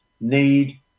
need